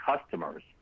customers